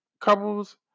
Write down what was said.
couples